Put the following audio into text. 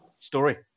story